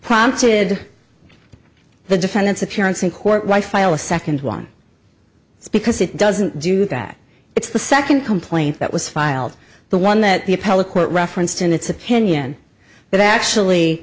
prompted the defendant's appearance in court why file a second one because it doesn't do that it's the second complaint that was filed the one that the appellate court referenced in its opinion that actually